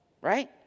right